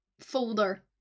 folder